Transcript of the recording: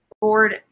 board